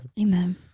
Amen